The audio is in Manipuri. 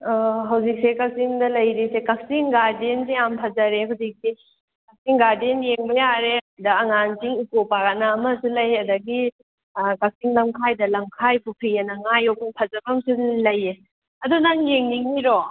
ꯑꯣ ꯍꯧꯖꯤꯛꯁꯦ ꯀꯛꯆꯤꯡꯗ ꯂꯩꯔꯤꯁꯦ ꯀꯛꯆꯤꯡ ꯒꯥꯔꯗꯦꯟꯁꯦ ꯌꯥꯝ ꯐꯖꯔꯦ ꯍꯧꯖꯤꯛꯇꯤ ꯀꯛꯆꯤꯡ ꯒꯥꯔꯗꯦꯟ ꯌꯦꯡꯕ ꯌꯥꯔꯦ ꯗ ꯑꯉꯥꯟꯁꯤꯡ ꯏꯀꯣ ꯄꯥꯔꯛ ꯑꯅ ꯑꯃꯁꯨ ꯂꯩ ꯑꯗꯒꯤ ꯀꯛꯆꯤꯡ ꯂꯝꯈꯥꯏꯗ ꯂꯝꯈꯥꯏ ꯄꯨꯈ꯭ꯔꯤ ꯑꯅ ꯉꯥ ꯌꯣꯛꯐꯝ ꯐꯖꯕ ꯑꯃꯁꯨ ꯂꯩꯑꯦ ꯑꯗꯨ ꯅꯪ ꯌꯦꯡꯅꯤꯡꯂꯤꯔꯣ